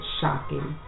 shocking